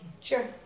Sure